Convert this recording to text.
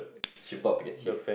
she about to get hit